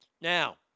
Now